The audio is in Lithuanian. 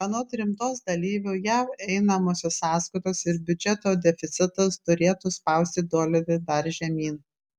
anot rinkos dalyvių jav einamosios sąskaitos ir biudžeto deficitas turėtų spausti dolerį dar žemyn